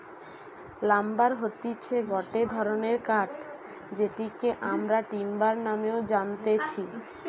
lumber হতিছে গটে ধরণের কাঠ যেটিকে আমরা টিম্বার নামেও জানতেছি